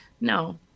No